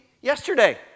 yesterday